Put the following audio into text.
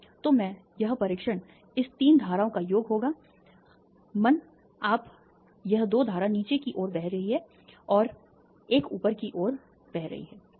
तो यह मैं परीक्षण इस 3 धाराओं का योग होगा मन आप यह 2 धारा नीचे की ओर बह रही है और यह 1 ऊपर की ओर उड़ रही है